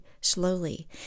slowly